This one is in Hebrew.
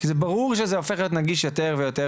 כי זה ברור שזה הופך להיות נגיש יותר ויותר